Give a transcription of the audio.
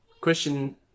Question